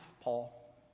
Paul